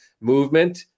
movement